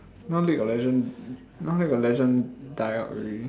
now league of legend now league of legend die out already